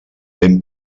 ben